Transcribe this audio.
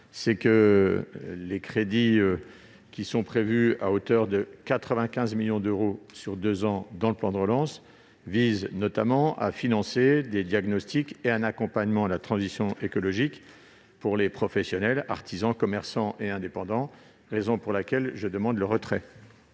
effet, les crédits prévus à hauteur de 95 millions d'euros sur deux ans dans le plan de relance visent notamment à financer des diagnostics et un accompagnement à la transition écologique, pour les professionnels, artisans, commerçants et indépendants. La commission demande donc le retrait